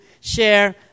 share